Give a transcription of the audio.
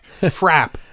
frap